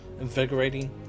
invigorating